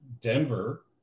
Denver